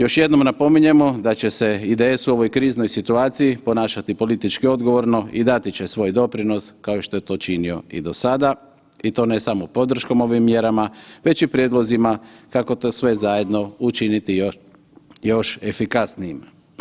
Još jednom napominjemo da će se IDS u ovoj kriznoj situaciji ponašati politički odgovorno i dati će svoj doprinos kao što je to činio i do sada i to ne samo podrškom ovim mjerama, već i prijedlozima kako to sve zajedno učiniti još efikasnijim.